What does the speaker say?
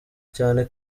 cyane